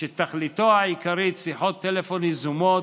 שתכליתו העיקרית שיחות טלפון יזומות,